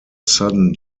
sudden